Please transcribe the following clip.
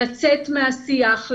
לצאת מהשיח,